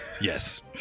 Yes